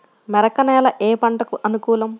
మెరక నేల ఏ పంటకు అనుకూలం?